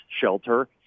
shelter